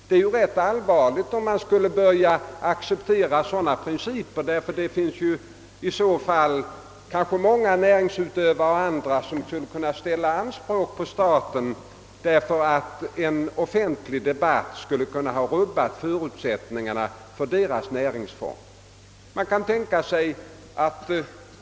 Det är ju ganska allvarligt, om ni börjat acceptera sådana principer. Det finns säkert många näringsutövare som då kan ställa anspråk på staten, med hänvisning till att den offentliga debatten har rubbat förutsättningarna för deras näringsfång. Eller låt oss ta ett annat exempel.